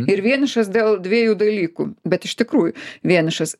ir vienišas dėl dviejų dalykų bet iš tikrųjų vienišas